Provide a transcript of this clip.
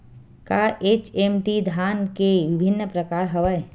का एच.एम.टी धान के विभिन्र प्रकार हवय?